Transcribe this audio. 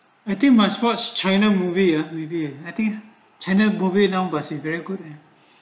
I think my sports china movie ah review at the tenant movie numbers embassy very good there